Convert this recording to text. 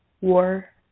War